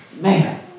man